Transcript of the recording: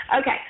Okay